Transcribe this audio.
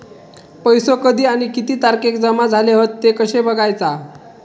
पैसो कधी आणि किती तारखेक जमा झाले हत ते कशे बगायचा?